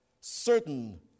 certain